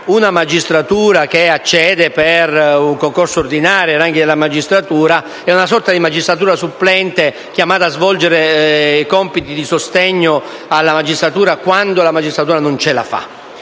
tra magistrati che accedono per concorso ordinario ai ranghi della magistratura e una sorta di magistratura supplente, che va a svolgere compiti di sostegno alla magistratura ordinaria quando quest'ultima non ce la fa.